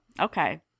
okay